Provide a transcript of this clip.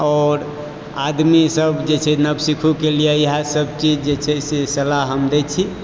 आओर आदमी सब जे छै नवसिख्खु के लिअ इएह सब चीज जे छै से सलाह हम दै छी